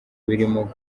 birimo